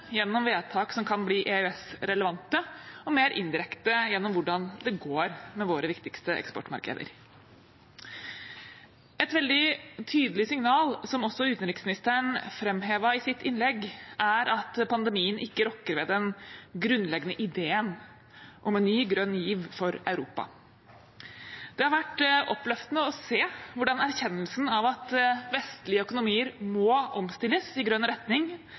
gjennom vedtak som kan bli EØS-relevante, og mer indirekte gjennom hvordan det går med våre viktigste eksportmarkeder? Et veldig tydelig signal, som også utenriksministeren framhevet i sitt innlegg, er at pandemien ikke rokker ved den grunnleggende ideen om en ny, grønn giv for Europa. Det har vært oppløftende å se hvordan erkjennelsen av at vestlige økonomier må omstilles i grønn retning,